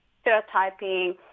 stereotyping